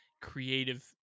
creative